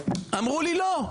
אמרו לי: לא.